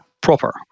proper